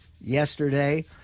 yesterday